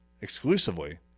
exclusively